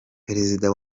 perezida